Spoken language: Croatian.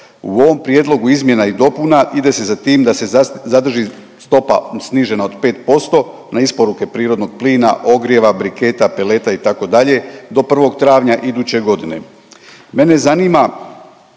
U ovom prijedlogu izmjena i dopuna ide se za tim da se zadrži stopa snižena od 5% na isporuke prirodnog plina, ogrijeva, briketa, peleta itd. do 1. travnja iduće godine.